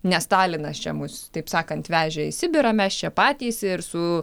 ne stalinas čia mus taip sakant vežė į sibirą mes čia patys ir su